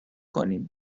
کنیم